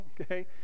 okay